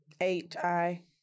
H-I